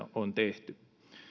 on tehty